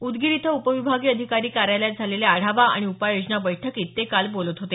उदगीर इथं उपविभागीय अधिकारी कार्यालयात झालेल्या आढावा आणि उपाय योजना बैठकीत काल ते बोलत होते